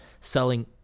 selling